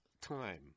time